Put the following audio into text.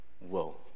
whoa